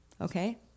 okay